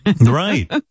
Right